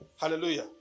Hallelujah